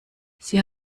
sie